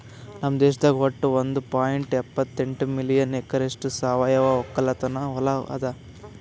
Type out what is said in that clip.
ನಮ್ ದೇಶದಾಗ್ ವಟ್ಟ ಒಂದ್ ಪಾಯಿಂಟ್ ಎಪ್ಪತ್ತೆಂಟು ಮಿಲಿಯನ್ ಎಕರೆಯಷ್ಟು ಸಾವಯವ ಒಕ್ಕಲತನದು ಹೊಲಾ ಅದ